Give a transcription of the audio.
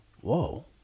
Whoa